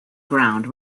ground